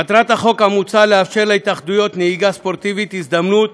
מטרת החוק המוצע לאפשר להתאחדויות הנהיגה הספורטיבית הזדמנות